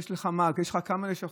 ויש לך כמה לשכות,